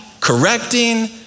correcting